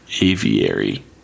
aviary